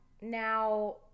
now